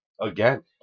again